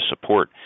support